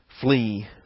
flee